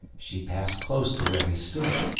she passed close to where he stood,